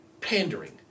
pandering